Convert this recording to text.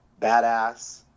badass